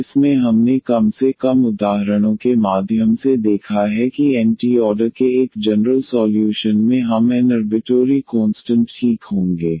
और इसमें हमने कम से कम उदाहरणों के माध्यम से देखा है कि एनटी ऑर्डर के एक जनरल सॉल्यूशन में हम एन अर्बिटोरी कोंस्टंट ठीक होंगे